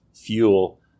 fuel